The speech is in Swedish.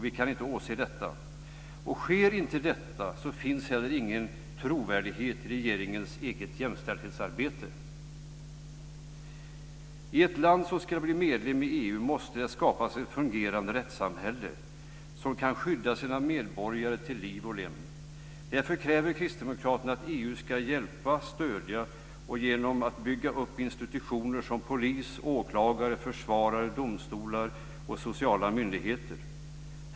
Vi kan inte åse detta. Sker inte det finns inte heller någon trovärdighet i regeringens jämställdhetsarbete. I ett land som ska bli medlem i EU måste det skapas ett fungerande rättssamhälle som kan skydda sina medborgare till liv och lem. Därför kräver Kristdemokraterna att EU ska hjälpa och stödja genom att bygga upp institutioner som polis, åklagare, försvarare, domstolar och sociala myndigheter.